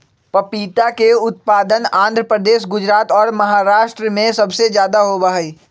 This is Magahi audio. पपीता के उत्पादन आंध्र प्रदेश, गुजरात और महाराष्ट्र में सबसे ज्यादा होबा हई